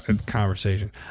conversation